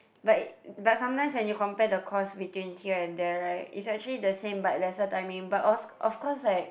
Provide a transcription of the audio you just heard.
but but sometimes when you compare the cost between here and there right it's actually the same but lesser timing but of of course like